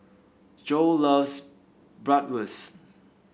Joe loves Bratwurst